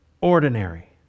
ordinary